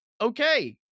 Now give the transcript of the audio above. okay